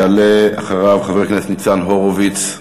יעלה אחריו חבר הכנסת ניצן הורוביץ,